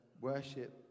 worship